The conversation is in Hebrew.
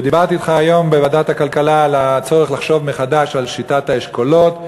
ודיברתי אתך היום בוועדת הכלכלה על הצורך לחשוב מחדש על שיטת האשכולות.